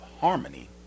harmony